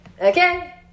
Okay